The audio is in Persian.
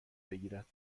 بگیرد